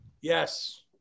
yes